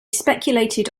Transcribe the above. speculated